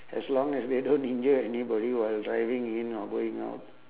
as long as they don't injure anybody while driving in or going out